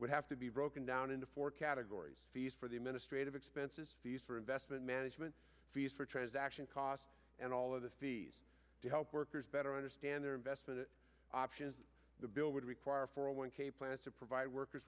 would have to be broken down into four categories fees for the administrate of expenses fees for investment management fees for transaction costs and all of the fees to help workers better understand their investment options that the bill would require for a one k plan to provide workers